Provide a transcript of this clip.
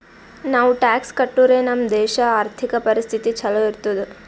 ನಾವು ಟ್ಯಾಕ್ಸ್ ಕಟ್ಟುರೆ ನಮ್ ದೇಶ ಆರ್ಥಿಕ ಪರಿಸ್ಥಿತಿ ಛಲೋ ಇರ್ತುದ್